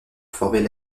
former